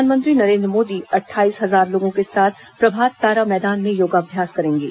प्रधानमंत्री नरेंद्र मोदी अट्ठाईस हजार लोगों के साथ प्रभात तारा मैदान में योगाभ्यास करेंगे